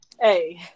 Hey